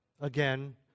Again